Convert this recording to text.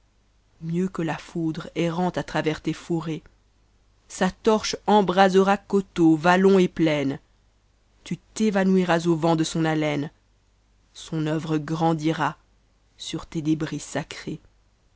mieux que la foudre errant à travers tes fourrés sa torche embrasera coteau vallon et plaine ta t'évanouiras au vent de son haleine son œuvre grandira sur tes débris sacrés